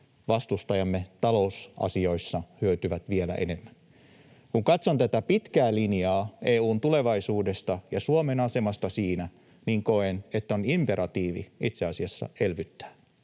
vastustajamme talousasioissa hyötyvät vielä enemmän. Kun katson tätä pitkää linjaa EU:n tulevaisuudesta ja Suomen asemasta siinä, niin koen, että on imperatiivi itse asiassa elvyttää.